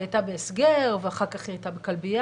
הייתה בהסגר ואחר כך היא הייתה בכלביה,